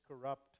corrupt